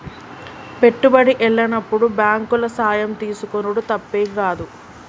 పెట్టుబడి ఎల్లనప్పుడు బాంకుల సాయం తీసుకునుడు తప్పేం గాదు